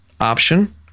option